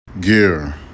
gear